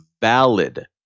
valid